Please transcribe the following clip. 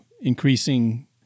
increasing